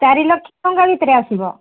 ଚାରିଲକ୍ଷ ଟଙ୍କା ଭିତରେ ଆସିବ